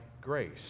grace